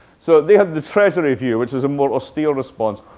so they have the treasury view, which is a more austere response.